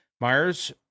Myers